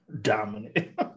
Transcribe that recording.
dominant